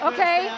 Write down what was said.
Okay